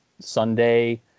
Sunday